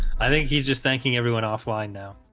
i think he's just thanking everyone offline now.